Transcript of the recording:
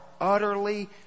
utterly